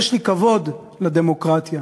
יש לי כבוד לדמוקרטיה,